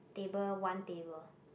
table one table